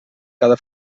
cada